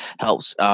helps